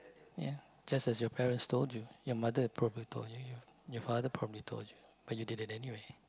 ya just as your parents told you your mother had probably told you your father probably told you but you did it anyway